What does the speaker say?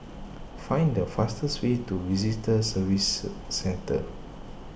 find the fastest way to Visitor Services Centre